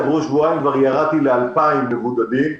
עברו שבועיים וכבר ירדתי ל-2,000 מבודדים,